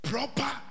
Proper